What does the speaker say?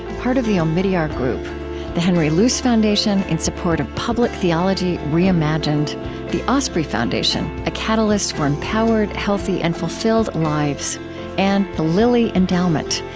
part of the omidyar group the henry luce foundation, in support of public theology reimagined the osprey foundation a catalyst for empowered, healthy, and fulfilled lives and the lilly endowment,